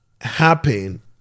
happen